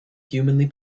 humanly